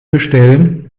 bestellen